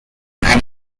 and